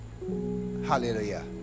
hallelujah